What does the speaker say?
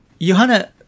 Johanna